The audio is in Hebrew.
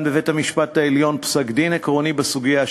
בבית-המשפט העליון פסק-דין עקרוני בסוגיה,